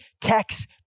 text